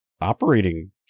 operating